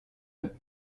eux